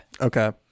okay